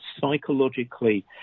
psychologically